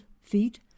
feet